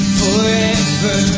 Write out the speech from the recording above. forever